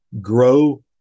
grow